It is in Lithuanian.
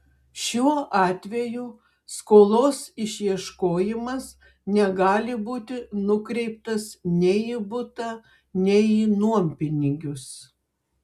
šiuo atveju skolos išieškojimas negali būti nukreiptas nei į butą nei į nuompinigius